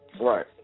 Right